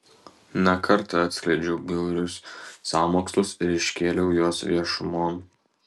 ne kartą atskleidžiau bjaurius sąmokslus ir iškėliau juos viešumon